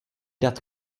dat